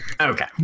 Okay